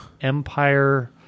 Empire